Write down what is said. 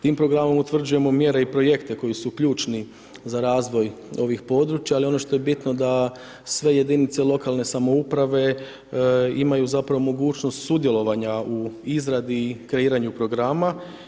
Tim programom utvrđujemo mjere i projekte koji su ključni za razvoj ovih područja ali ono što je bitno da sve jedinice lokalne samouprave imaju zapravo mogućnost sudjelovanja u izradi i kreiranju programa.